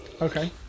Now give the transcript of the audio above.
okay